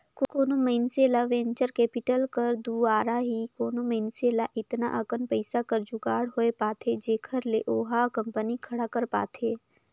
कोनो मइनसे ल वेंचर कैपिटल कर दुवारा ही कोनो मइनसे ल एतना अकन पइसा कर जुगाड़ होए पाथे जेखर ले ओहा कंपनी खड़ा कर पाथे